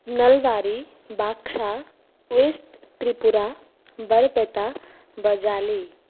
नलवारी Baksa वेस्त्त्रिपुरा बरबेता बजाली